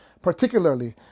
particularly